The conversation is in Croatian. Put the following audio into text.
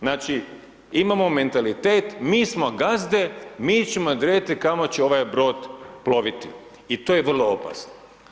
Znači imamo mentalitet, mi smo gazde, mi ćemo odrediti kamo će ovaj brod ploviti i to je vrlo opasno.